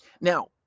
Now